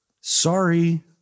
sorry